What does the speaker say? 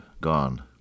gone